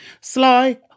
Sly